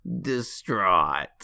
distraught